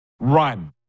Run